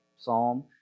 psalm